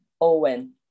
Owen